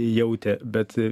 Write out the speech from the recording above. jautė bet